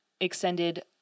extended